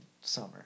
summer